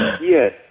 yes